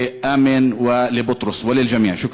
אלף מזל טוב לאמן ולבוטרוס ולכולם.